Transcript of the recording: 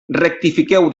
rectifiqueu